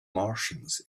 martians